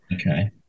Okay